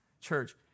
church